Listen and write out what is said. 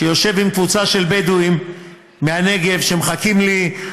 שיושב עם קבוצה של בדואים מהנגב שמחכים לי,